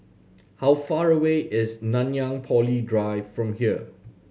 how far away is Nanyang Poly Drive from here